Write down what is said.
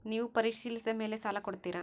ನೇವು ಪರಿಶೇಲಿಸಿದ ಮೇಲೆ ಸಾಲ ಕೊಡ್ತೇರಾ?